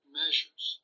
measures